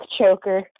choker